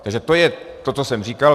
Takže to je to, co jsem říkal.